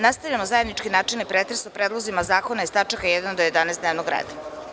Nastavljamo zajednički načelni pretres o predlozima zakona iz tačaka 1. do 11. dnevnog reda.